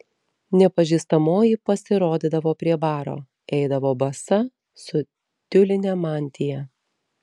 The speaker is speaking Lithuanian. nepažįstamoji pasirodydavo prie baro eidavo basa su tiuline mantija